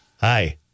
Hi